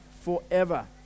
forever